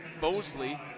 Bosley